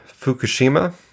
Fukushima